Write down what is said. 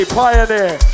pioneer